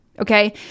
Okay